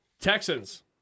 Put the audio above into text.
Texans